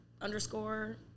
underscore